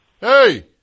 Hey